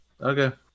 Okay